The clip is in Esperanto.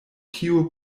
tiu